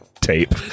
tape